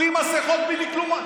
בלי מסכות ובלי כלום.